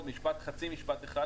עוד חצי משפט אחד,